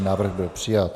Návrh byl přijat.